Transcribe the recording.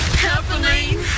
happening